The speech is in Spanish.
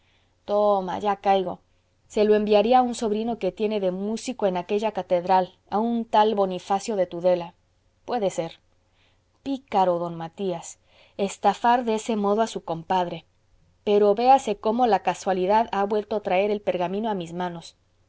toma ya caigo se lo enviaría a un sobrino que tiene de músico en aquella catedral a un tal bonifacio de tudela puede ser pícaro d matías estafar de ese modo a su compadre pero véase cómo la casualidad ha vuelto a traer el pergamino a mis manos